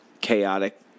chaotic